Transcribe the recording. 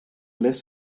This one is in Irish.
fhios